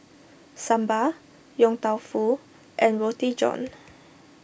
Sambal Yong Tau Foo and Roti John